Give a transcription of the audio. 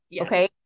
okay